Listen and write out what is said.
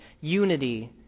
Unity